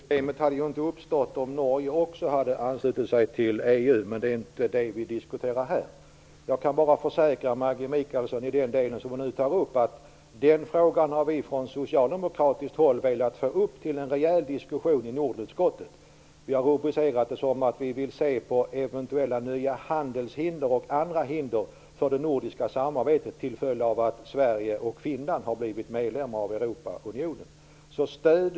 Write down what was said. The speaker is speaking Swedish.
Fru talman! Detta problem hade inte uppstått om även Norge hade anslutit sig till EU, men det är inte detta som vi diskuterar här. Jag kan bara försäkra Maggi Mikaelsson att den fråga som hon nu tar upp har vi från socialdemokratiskt håll velat ta upp till en rejäl diskussion i Nordenutskottet. Vi har rubricerat det som att vi vill se på eventuella nya handelshinder och andra hinder för det nordiska samarbetet till följd av att Sverige och Finland har blivit medlemmar i EU.